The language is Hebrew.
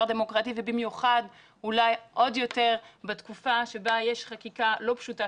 דמוקרטי ובמיוחד אולי עוד יותר בתקופה שבה יש חקיקה לא פשוטה,